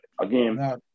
again